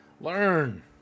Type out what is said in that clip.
Learn